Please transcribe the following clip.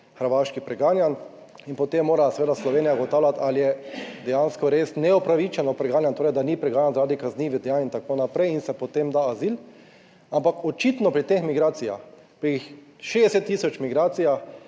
Hrvaški preganjan in potem mora seveda Slovenija ugotavljati, ali je dejansko res neupravičeno preganjan, torej, da ni preganjan zaradi kaznivih dejanj in tako naprej in se potem da azil. Ampak očitno pri teh migracijah, pri 60 tisoč migracijah